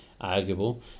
arguable